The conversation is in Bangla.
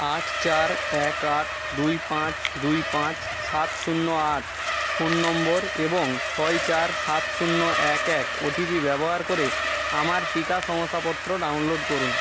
আট চার এক আট দুই পাঁচ দুই পাঁচ সাত শূন্য আট ফোন নম্বর এবং ছয় চার সাত শূন্য এক এক ওটিপি ব্যবহার করে আমার টিকা শংসাপত্র ডাউনলোড করুন